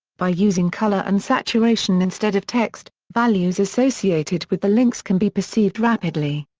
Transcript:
by using color and saturation instead of text, values associated with the links can be perceived rapidly.